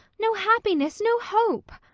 no happiness, no hope.